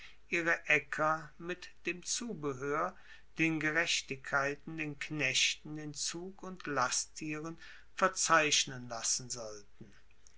ihre aecker mit dem zubehoer den gerechtigkeiten den knechten den zug und lasttieren verzeichnen lassen sollten